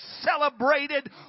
celebrated